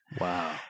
Wow